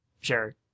sure